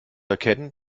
erkennen